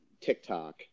TikTok